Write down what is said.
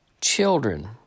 children